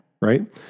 Right